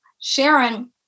Sharon